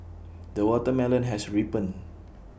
the watermelon has ripened